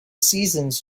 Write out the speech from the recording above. seasons